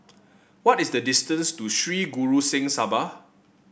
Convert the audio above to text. what is the distance to Sri Guru Singh Sabha